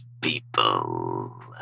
people